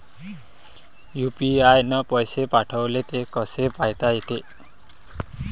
UPI न पैसे पाठवले, ते कसे पायता येते?